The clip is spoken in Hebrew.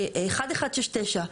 1169,